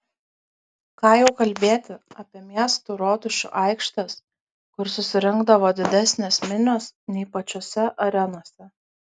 ką jau kalbėti apie miestų rotušių aikštes kur susirinkdavo didesnės minios nei pačiose arenose